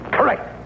Correct